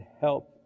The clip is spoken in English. help